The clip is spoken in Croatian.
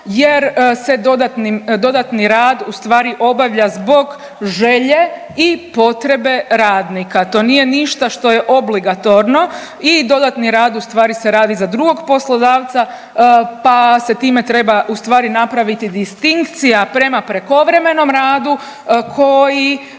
jer se dodatni rad ustvari obavlja zbog želje i potrebe radnika, to nije ništa što je obligatorno i dodatni rad ustvari se radi za drugog poslodavca pa se time treba ustvari napraviti distinkcija prema prekovremenom radu koji